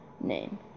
name